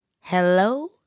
hello